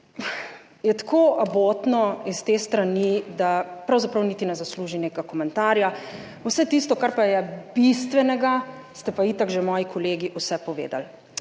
je tako abotno iz te strani, da pravzaprav niti ne zasluži nekega komentarja. Vse tisto, kar pa je bistvenega, ste pa itak že moji kolegi vse povedali.